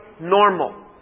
normal